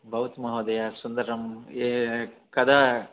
भवतु महोदय सुन्दरं कदा